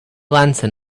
lantern